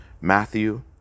Matthew